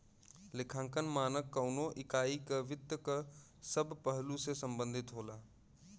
लेखांकन मानक कउनो इकाई क वित्त क सब पहलु से संबंधित होला